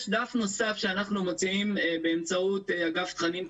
יש דף נוסף שאנחנו מוציאים באמצעות אגף תכנים,